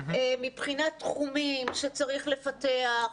מבחינת תחומים שצריך לפתח,